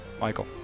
Michael